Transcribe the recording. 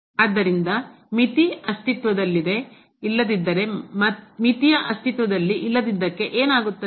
ಆದ್ದರಿಂದ ಮಿತಿ ಅಸ್ತಿತ್ವದಲ್ಲಿ ಇಲ್ಲದಿದ್ದರೆ ಮಿತಿಯ ಅಸ್ತಿತ್ವದಲ್ಲಿ ಇಲ್ಲದಿದ್ದಕ್ಕೆ ಏನಾಗುತ್ತದೆ